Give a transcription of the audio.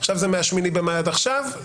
עכשיו זה מה-8 במאי עד עכשיו.